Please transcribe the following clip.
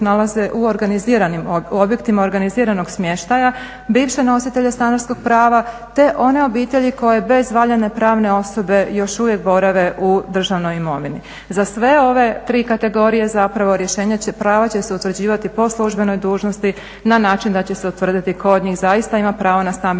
nalaze u objektima organiziranog smještaja, bivše nositelje stanarskog prava te one obitelji koje bez valjane pravne osobe još uvijek borave u državnoj imovini. Za sve ove tri kategorije zapravo prava će se utvrđivati po službenoj dužnosti na način da će se utvrditi tko od njih zaista ima pravo na stambeno